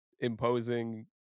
imposing